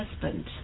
husband